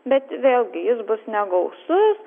bet vėlgi jis bus negausus